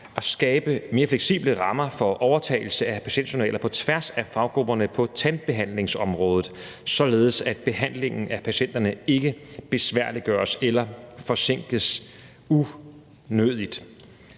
at skabe mere fleksible rammer for overtagelse af patientjournaler på tværs af faggrupperne på tandbehandlingsområdet, således at behandlingen af patienterne ikke besværliggøres eller forsinkes unødigt.